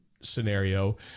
scenario